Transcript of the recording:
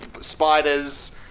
spiders